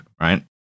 right